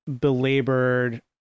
belabored